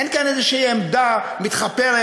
אין כאן איזושהי עמדה מתחפרת,